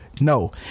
No